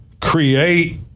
create